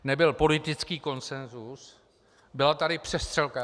Nebyl politický konsensus, byla tady přestřelka.